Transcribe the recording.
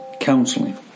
Counseling